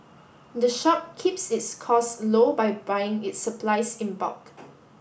the shop keeps its costs low by buying its supplies in bulk